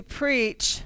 preach